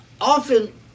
often